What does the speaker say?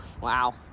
wow